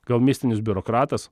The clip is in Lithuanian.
gal mistinis biurokratas